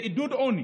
זה עידוד עוני.